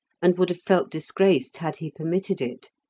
and would have felt disgraced had he permitted it.